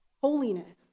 holiness